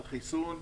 על חיסון,